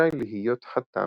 רשאי להיות חתם.